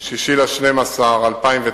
ב-6 בדצמבר 2009,